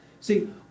See